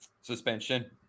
suspension